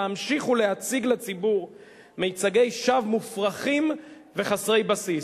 להמשיך להציג לציבור מיצגי שווא מופרכים וחסרי בסיס.